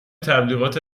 تبلیغات